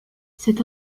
cet